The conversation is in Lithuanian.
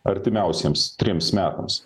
artimiausiems trims metams